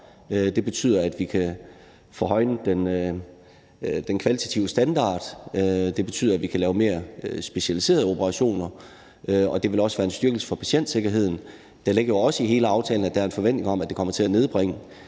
Det betyder, at vi kan få højnet den kvalitative standard; det betyder, at vi kan lave mere specialiserede operationer; og det vil også betyde en styrkelse af patientsikkerheden. Der ligger jo også i hele aftalen, at der er en forventning om, at det kommer til at nedbringe